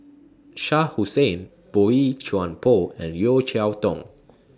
Shah Hussain Boey Chuan Poh and Yeo Cheow Tong